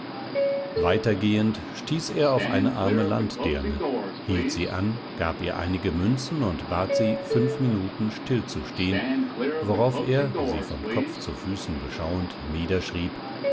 gewalttat weitergehend stieß er auf eine arme landdirne hielt sie an gab ihr einige münzen und bat sie fünf minuten stillzustehen worauf er sie von kopf zu füßen beschauend